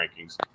rankings